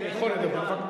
יכול לדבר.